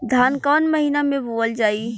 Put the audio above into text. धान कवन महिना में बोवल जाई?